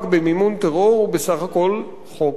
הוא בסך הכול חוק שיש בו היגיון,